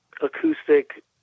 acoustic